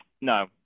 no